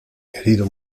herido